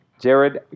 Jared